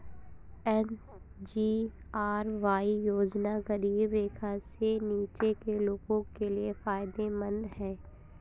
SGRY योजना गरीबी रेखा से नीचे के लोगों के लिए फायदेमंद है